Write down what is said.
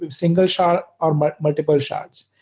um single shard or but multiple shards.